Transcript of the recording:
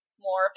more